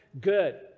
good